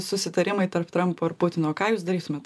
susitarimai tarp trampo ir putino ką jūs darytumėt